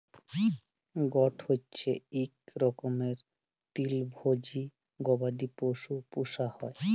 goat হচ্যে ইক রকমের তৃলভজী গবাদি পশু পূষা হ্যয়